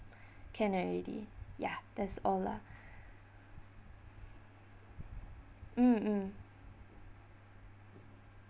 can already ya that's all lah mm mm